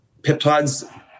peptides